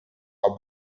our